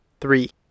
Three